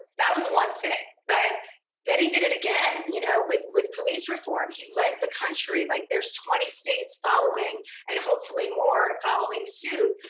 that was one thing. but then he did it again, you know, with with police reform. he led the country. like, there's twenty states following and hopefully more following suit.